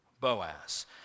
Boaz